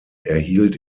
erhielt